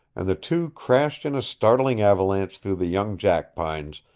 and the two crashed in a startling avalanche through the young jackpines,